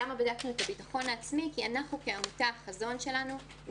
בדקנו את הביטחון העצמי כי החזון שלנו כעמותה